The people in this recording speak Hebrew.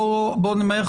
נמהר,